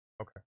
okay